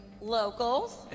locals